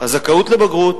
האגודה לזכויות החולה,